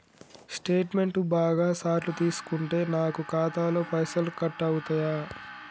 Statement బాగా సార్లు తీసుకుంటే నాకు ఖాతాలో పైసలు కట్ అవుతయా?